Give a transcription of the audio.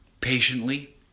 Patiently